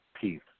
peace